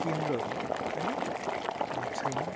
केन्द्रहरू है छैन